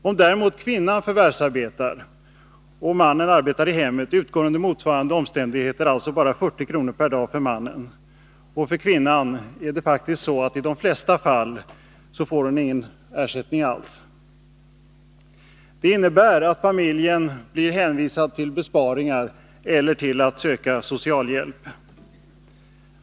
Om däremot kvinnan förvärvsarbetar och mannen arbetar i hemmet, utgår under motsvarande omständigheter bara 40 kr. per dag. Kvinnan får i de flesta fall ingen ersättning alls. Det innebär att familjen blir hänvisad till besparingar eller till att söka socialhjälp.